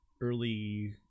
early